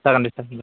जागोन दे सार